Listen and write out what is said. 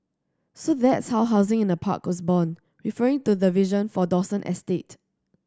so that's how 'housing in a park' was born referring to the vision for Dawson estate